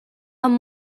amb